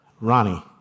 Ronnie